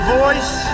voice